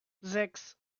sechs